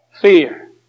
fear